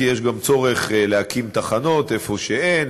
כי יש גם צורך להקים תחנות במקומות שאין,